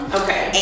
okay